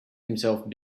himself